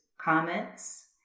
comments